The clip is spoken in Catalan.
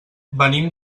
venim